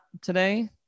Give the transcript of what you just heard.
today